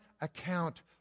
account